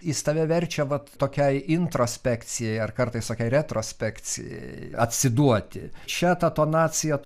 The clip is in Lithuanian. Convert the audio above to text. jis tave verčia vat tokiai introspekcijai ar kartais tokiai retrospekcijai atsiduoti čia ta tonacija